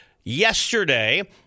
yesterday